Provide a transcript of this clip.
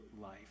life